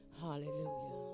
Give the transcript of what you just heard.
Hallelujah